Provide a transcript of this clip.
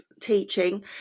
teaching